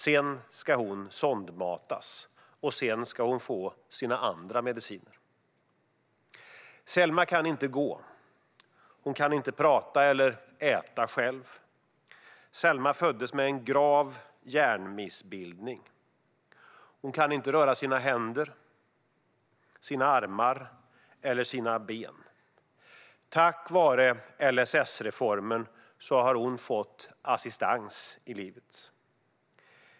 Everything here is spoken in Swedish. Sedan ska Selma sondmatas, och därefter ska hon få sina andra mediciner. Selma kan inte gå. Hon kan inte prata eller äta själv. Selma föddes med en grav hjärnmissbildning. Hon kan inte röra sina händer, sina armar eller sina ben. Tack vare LSS-reformen har hon fått assistans i livet.